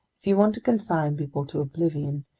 if you want to consign people to oblivion,